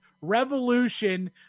Revolution